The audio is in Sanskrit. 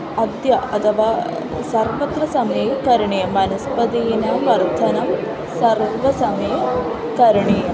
अद्य अथवा सर्वत्र समये करणीयं वनस्पतीनां वर्धनं सर्वसमये करणीयम्